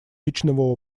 личного